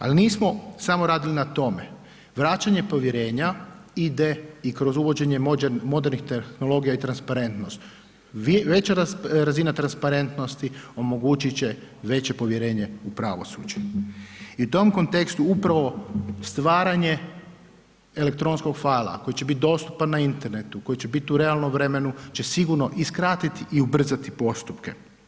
Al nismo samo radili na tome, vraćanje povjerenja ide i kroz uvođenje modernih tehnologija i transparentnost, veća razina transparentnosti omogućit će veće povjerenje u pravosuđe i u tom kontekstu upravo stvaranje elektronskog fajla, a koji će bit dostupan na internetu, koji će bit u realnom vremenu će sigurno i skratit i ubrzati postupke.